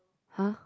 !huh!